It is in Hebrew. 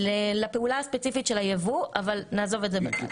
לפעולה הספציפית של היבוא אבל נעזוב את זה בצד.